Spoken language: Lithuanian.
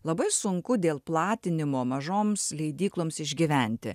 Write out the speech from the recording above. labai sunku dėl platinimo mažoms leidykloms išgyventi